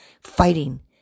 fighting